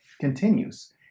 continues